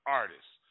artists